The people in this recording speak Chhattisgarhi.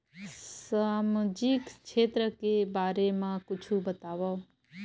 सामजिक क्षेत्र के बारे मा कुछु बतावव?